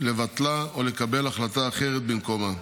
לבטלה או לקבל החלטה אחרת במקומה.